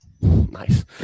Nice